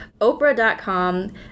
Oprah.com